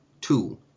two